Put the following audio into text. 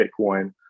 Bitcoin